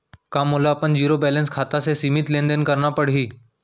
का मोला अपन जीरो बैलेंस खाता से सीमित लेनदेन करना पड़हि?